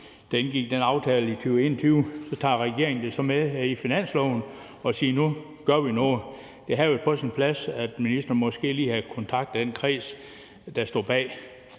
der indgik den aftale i 2021. Så tager regeringen det så med her i finansloven og siger: Nu gør vi noget. Det havde været på sin plads, at ministeren måske lige havde kontaktet den kreds, der står bag